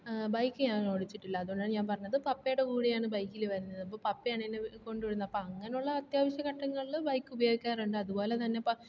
bike ഞാൻ ഓടിച്ചിട്ടില്ല അതുകൊണ്ടാണ് ഞാൻ പറഞ്ഞത് പപ്പയുടെ കൂടെയാണ് ബൈക്കില് വരുന്നത് അപ്പോൾ പപ്പയാണ് എന്നെ കൊണ്ട് വിടുന്നത് അപ്പോൾ അങ്ങനെയുള്ള അത്യാവശ്യ ഘട്ടങ്ങളില് ബൈക്ക് ഉപയോഗിക്കാറുണ്ട് അതുപോലെ തന്നെ